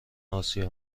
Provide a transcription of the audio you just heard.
آسیا